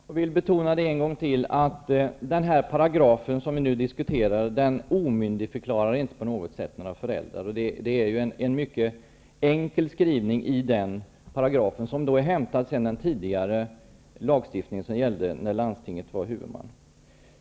Herr talman! Jag vill en gång till betona att den paragraf som vi nu diskuterar inte på något sätt omyndigförklarar några föräldrar. Det är en mycket enkel skrivning i den paragrafen, som är hämtad från en tidigare lagstiftning, en lagstiftning som gällde när landstinget var huvudman.